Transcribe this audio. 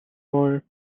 war